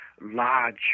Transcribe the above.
large